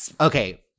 Okay